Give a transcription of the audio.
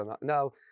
No